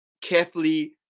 carefully